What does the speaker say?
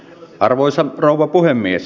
arvoisa rouva puhemies